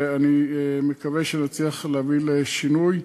ואני מקווה שנצליח להביא לשינוי,